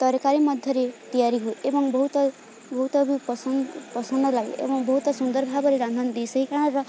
ତରକାରୀ ମଧ୍ୟରେ ତିଆରି ହୁଏ ଏବଂ ବହୁତ ବହୁତ ବି ପସନ୍ଦ ପସନ୍ଦ ଲାଗେ ଏବଂ ବହୁତ ସୁନ୍ଦର ଭାବରେ ରାନ୍ଧନ୍ତିି ସେହି କାରଣରୁ